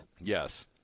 Yes